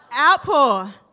Outpour